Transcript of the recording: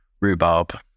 Rhubarb